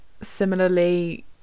Similarly